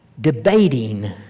debating